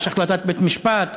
יש החלטת בית-משפט,